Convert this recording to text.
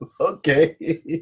Okay